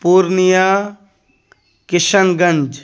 Purnia Kishan Ganj